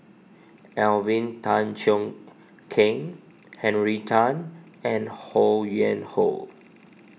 Alvin Tan Cheong Kheng Henry Tan and Ho Yuen Hoe